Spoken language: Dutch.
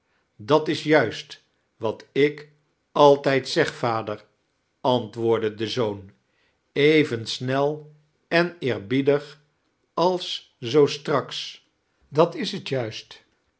dat is jujsit wat ik altrjd zeg vader antwoordde de zoon even smel en eerbieddg ajs zoo stnafes dat is het jutot